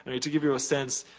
i mean to give you a sense,